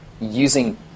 using